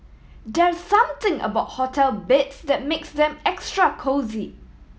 there's something about hotel beds that makes them extra cosy